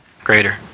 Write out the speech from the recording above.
greater